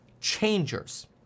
changers